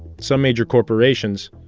some major corporations,